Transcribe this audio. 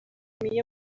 میگه